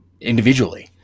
individually